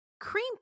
Cream